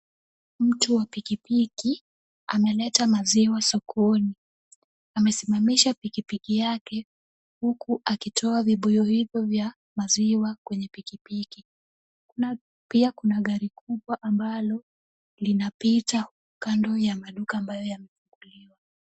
Mtu wa pikipiki ameleta maziwa sokoni. Amesimamisha pikipiki yake huku akitoa vibuyu vya maziwa yake kwenye pikipiki. Pia kuna gari kubwa linapita kando ya maduka ambayo yamefunguliwa.